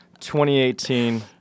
2018